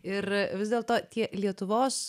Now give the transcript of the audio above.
ir vis dėlto tie lietuvos